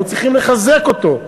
אנחנו צריכים לחזק אותו,